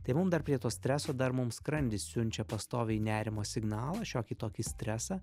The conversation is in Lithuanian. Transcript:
tai mum dar prie to streso dar mums skrandis siunčia pastoviai nerimo signalą šiokį tokį stresą